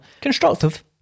Constructive